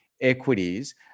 equities